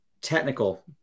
technical